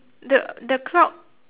the the clock